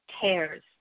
tears